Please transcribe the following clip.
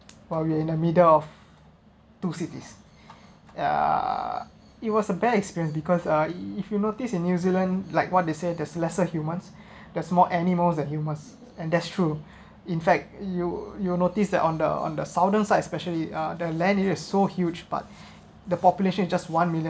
while you're in the middle of two cities ya it was a bad experience because uh if you notice in new zealand like what they said there's lesser humans there’s more animals than humans and that's true in fact you you'll notice that on the on the southern side especially uh the land area is so huge but the population is just one million